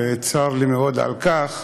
וצר לי מאוד על כך.